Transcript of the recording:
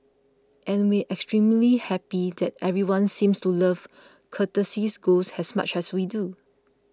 and we extremely happy that everyone seems to love Courtesy Ghost as much as we do